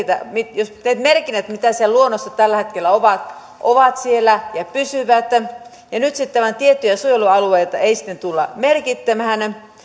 että olennainen merkintä säilyy yhä ja ne merkinnät mitkä siellä luonnossa tällä hetkellä ovat ovat siellä ja pysyvät ja nyt sitten vain tiettyjä suojelualueita ei tulla merkitsemään